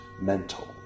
mental